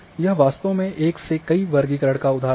यह वास्तव में एक से कई वर्गीकरण का उदाहरण है